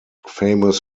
famous